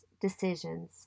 decisions